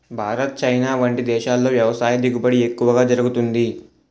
Bharat, China వంటి దేశాల్లో వ్యవసాయ దిగుబడి ఎక్కువ జరుగుతుంది